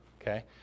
okay